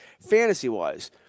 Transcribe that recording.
Fantasy-wise